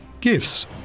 Gifts